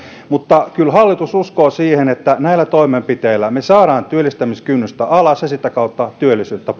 mutta kyllä hallitus uskoo siihen että näillä toimenpiteillä me saamme työllistämiskynnystä alas ja sitä kautta työllisyyttä